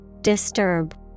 Disturb